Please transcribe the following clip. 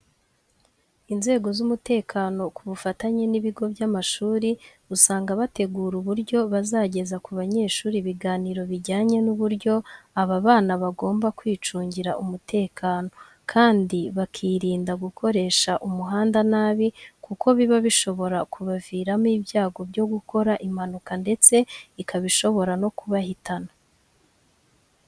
Inzego z'umutekano ku bufatanye n'ibigo by'amashuri usanga bategura uburyo bazageza ku banyeshuri ibiganiro bijyanye n'uburyo aba bana bagomba kwicungira umutekano kandi bakirinda gukoresha umuhanda nabi kuko biba bishobora kubaviramo ibyago bwo gukora impanuka ndetse ikaba ishobora no kubahitana.